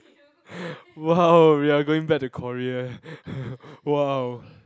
!wow! we are going back to Korea !wow!